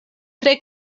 tre